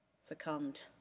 succumbed